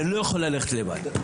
זה לא יכול ללכת לבד,